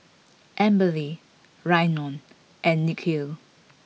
Amberly Rhiannon and Nikhil